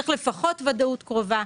צריך לפחות ודאות קרובה.